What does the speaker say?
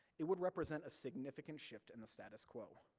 it would represent a significant shift in the status quo.